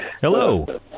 Hello